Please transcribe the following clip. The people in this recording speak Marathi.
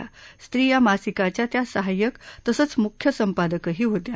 स्त्री या मासिकाच्या त्या सहाय्यक तसंच मुख्य संपादकही होत्या